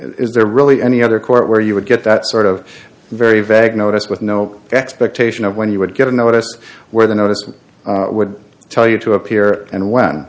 is there really any other court where you would get that sort of very vague notice with no expectation of when you would get a notice where the notice would tell you to appear and when